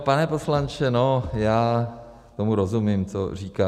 Pane poslanče, no, já tomu rozumím, co říkáte.